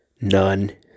None